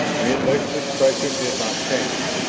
menlik's expression did not change,